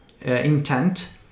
intent